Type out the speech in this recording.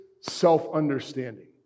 self-understanding